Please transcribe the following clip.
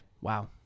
Wow